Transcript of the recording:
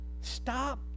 Stop